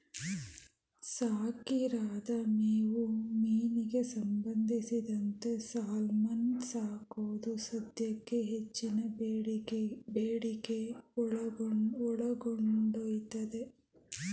ಸಾಕಿರದ ಮೇವು ಮೀನಿಗೆ ಸಂಬಂಧಿಸಿದಂತೆ ಸಾಲ್ಮನ್ ಸಾಕೋದು ಸದ್ಯಕ್ಕೆ ಹೆಚ್ಚಿನ ಬೇಡಿಕೆ ಒಳಗೊಂಡೈತೆ